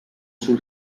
sul